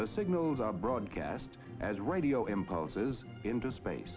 the signals are broadcast as radio impulses into space